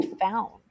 found